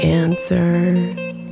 answers